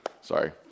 Sorry